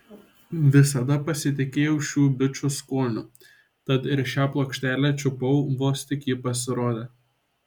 visada pasitikėjau šių bičų skoniu tad ir šią plokštelę čiupau vos tik ji pasirodė